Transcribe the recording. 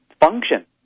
function